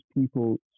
people